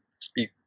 speak